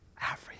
Africa